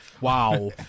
Wow